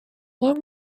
along